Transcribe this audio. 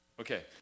Okay